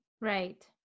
Right